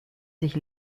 sich